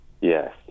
Yes